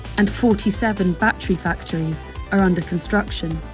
and forty seven battery factories are under construction